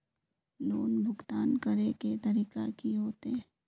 Loan भुगतान करे के तरीका की होते?